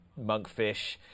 Monkfish